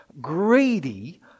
greedy